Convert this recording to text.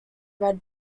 red